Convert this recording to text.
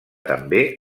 també